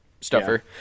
stuffer